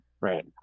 right